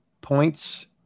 points